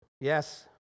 Yes